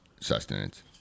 sustenance